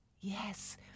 Yes